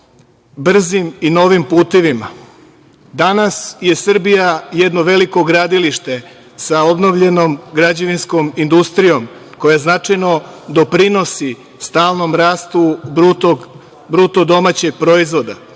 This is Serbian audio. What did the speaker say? brzim i novim putevima. Danas je Srbija jedno veliko gradilište sa obnovljenom građevinskom industrijom koja značajno doprinosi stalnom rastu BDP, smanjenju broja